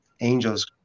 angels